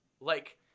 Like-